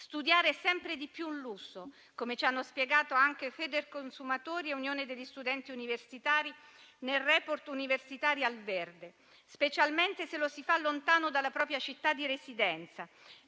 Studiare è sempre di più un lusso, come ci hanno spiegato anche Federconsumatori e l'Unione degli studenti universitari nel *report* «Universitari al verde», specialmente se si fa lontano dalla propria città di residenza.